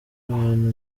abantu